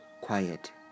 Quiet